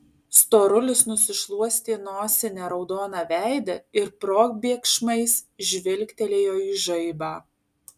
storulis nusišluostė nosine raudoną veidą ir probėgšmais žvilgtelėjo į žaibą